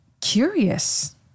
curious